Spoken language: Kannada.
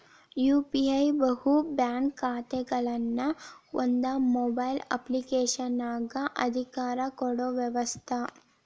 ಯು.ಪಿ.ಐ ಬಹು ಬ್ಯಾಂಕ್ ಖಾತೆಗಳನ್ನ ಒಂದ ಮೊಬೈಲ್ ಅಪ್ಲಿಕೇಶನಗ ಅಧಿಕಾರ ಕೊಡೊ ವ್ಯವಸ್ತ